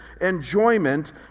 enjoyment